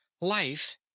Life